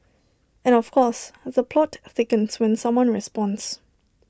and of course the plot thickens when someone responds